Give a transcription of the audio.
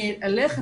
אני אלך,